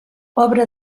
obre